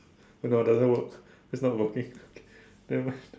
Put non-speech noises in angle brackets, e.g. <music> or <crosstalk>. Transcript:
oh no doesn't work it's not working okay nevermind <laughs>